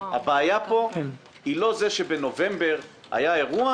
הבעיה פה היא לא זה שבנובמבר היה אירוע